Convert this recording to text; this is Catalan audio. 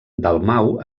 dalmau